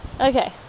Okay